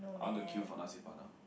I want to queue for nasi-padang